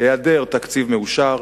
היה נתון בו, העדר תקציב מאושר,